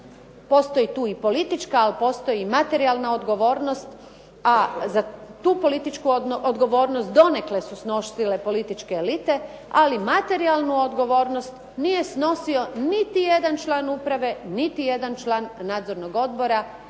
postoji tu i politička, ali postoji i materijalna odgovornost, a za tu političku odgovornost donekle su snosile političke elite, ali materijalnu odgovornost nije snosio niti jedan član uprave, niti jedan član nadzornog odbora,